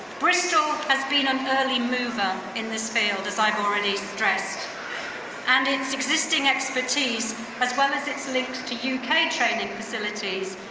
bristol has been an early mover in this field as i've already stressed and its existing expertise as well as its link to uk kind of training facilities,